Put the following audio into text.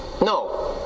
no